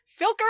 Filker